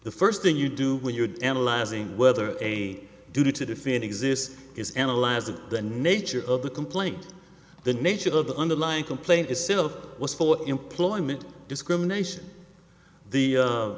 the first thing you do when you're analyzing whether a duty to defend exists is analyze of the nature of the complaint the nature of the underlying complaint itself was for employment discrimination the a